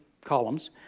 columns